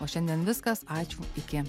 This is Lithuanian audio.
o šiandien viskas ačiū iki